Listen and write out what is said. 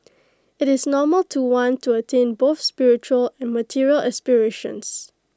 IT is normal to want to attain both spiritual and material aspirations